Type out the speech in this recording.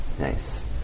Nice